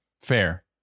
Fair